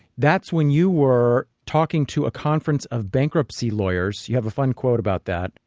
that's when you were talking to a conference of bankruptcy lawyers. you have a fun quote about that.